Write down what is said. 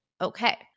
Okay